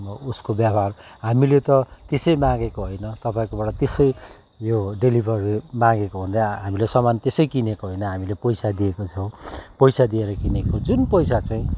उसको व्यवहार हामीले त त्यसै मागेको होइन तपाईँकोबाट त्यसै यो डेलिभरी मागेको हामीले सामान त्यसै किनेको होइन हामीले पैसा दिएको छौँ पैसा दिएर किनेको जुन पैसा चाहिँ